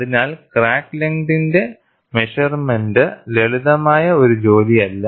അതിനാൽ ക്രാക്ക് ലെങ്തിന്റെ മെഷർമെന്റ ലളിതമായ ഒരു ജോലിയല്ല